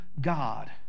God